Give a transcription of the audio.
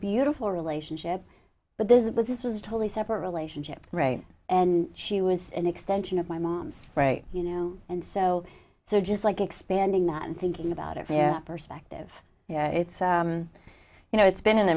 beautiful relationship but there's a but this was totally separate relationship right and she was an extension of my mom's right you know and so so just like expanding that and thinking about it here perspective it's you know it's been an